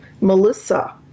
melissa